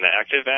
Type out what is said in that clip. active